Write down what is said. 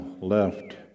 left